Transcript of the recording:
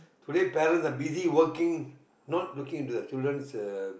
today parents are busy working not looking at the children's uh